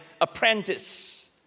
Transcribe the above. apprentice